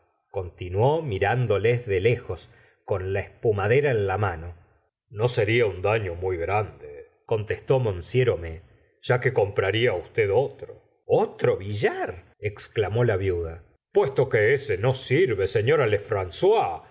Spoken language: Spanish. continuó mirándoles de lejos con la espuma dera en la mano no seria un daño muy grande contestó monsieur homais ya compraría usted otro otro billar exclamó la viuda puesto que ese no sirve señora